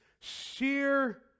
sheer